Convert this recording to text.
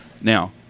Now